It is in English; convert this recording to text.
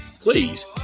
please